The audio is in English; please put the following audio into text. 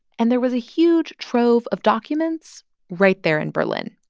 and there was a huge trove of documents right there in berlin